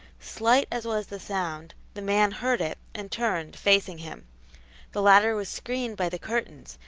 slight as was the sound, the man heard it and turned, facing him the latter was screened by the curtains,